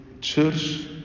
church